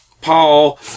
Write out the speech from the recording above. Paul